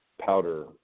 powder